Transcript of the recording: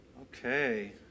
Okay